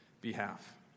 behalf